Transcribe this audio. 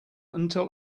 until